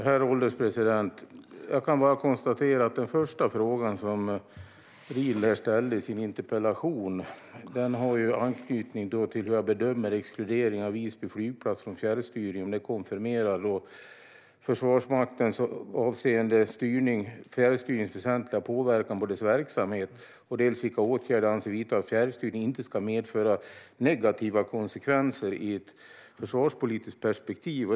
Herr ålderspresident! Jag kan bara konstatera att den första frågan som Edward Riedl ställde i sin interpellation har anknytning till dels om jag bedömer att exkluderingen av Visby flygplats från fjärrstyrning konfirmerar Försvarsmaktens yttrande avseende fjärrstyrningens väsentliga påverkan på dess verksamhet, dels vilka åtgärder jag avser att vidta för att fjärrstyrning inte ska medföra negativa konsekvenser ur ett försvarspolitiskt perspektiv.